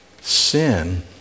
sin